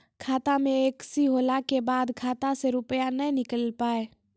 खाता मे एकशी होला के बाद खाता से रुपिया ने निकल पाए?